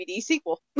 sequel